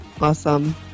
Awesome